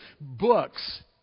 books